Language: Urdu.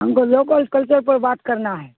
ہم کو لوکل اسکلچر پر بات کرنا ہے